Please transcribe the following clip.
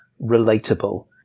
relatable